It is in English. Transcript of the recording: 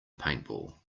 paintball